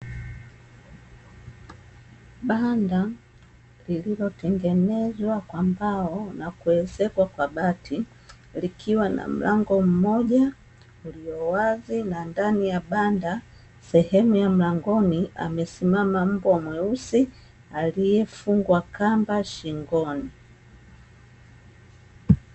Banda lililotengenezwa kwa mbao na kuezekwa kwa bati likiwa na mlango mmoja uliowazi, na ndani ya banda sehemu ya mlangoni amesimama mbwa mweusi aliyefungwa kamba shingoni.